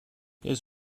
his